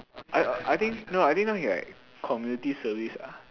I I think no I think now he like community service ah